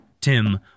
Tim